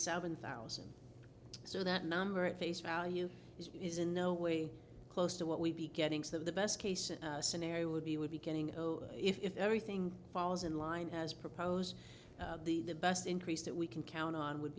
seven thousand so that number at face value is in no way close to what we'd be getting some of the best case scenario would be would be getting if everything falls in line has proposed the best increase that we can count on would